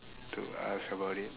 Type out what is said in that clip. to ask about it